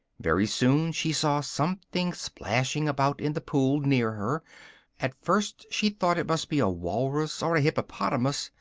very soon she saw something splashing about in the pool near her at first she thought it must be a walrus or a hippopotamus,